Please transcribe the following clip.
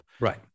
right